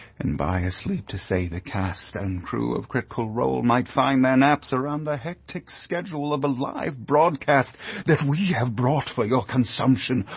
and by a sleep to say the cast and crew of critical role might find their naps around the hectic schedule of a live broadcast that we have brought for your consumption,